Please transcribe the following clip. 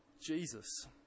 Jesus